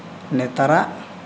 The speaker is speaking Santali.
ᱱᱮᱛᱟᱨᱟᱜ